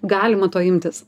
galima to imtis